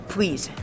Please